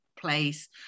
place